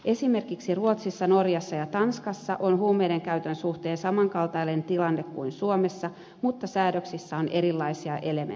esimerkiksi ruotsissa norjassa ja tanskassa on huumeiden käytön suhteen samankaltainen tilanne kuin suomessa mutta säädöksissä on erilaisia elementtejä